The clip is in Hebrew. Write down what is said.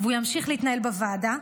והוא ימשיך להתנהל בוועדה.